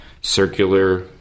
circular